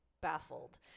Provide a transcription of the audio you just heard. baffled